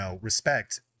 respect